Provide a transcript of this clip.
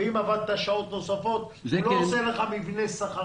ואם עבדת שעות נוספות הוא לא עושה לך מבנה שכר